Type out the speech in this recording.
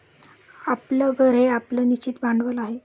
आपलं घर हे आपलं निश्चित भांडवल आहे